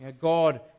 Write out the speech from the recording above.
God